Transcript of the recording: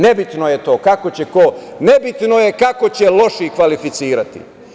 Nebitno je to kako će ko, nebitno je kako će loši kvalificirati.